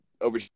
over